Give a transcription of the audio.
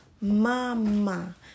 mama